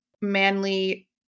manly